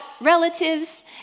relatives